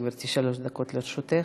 בבקשה, גברתי, שלוש דקות לרשותך.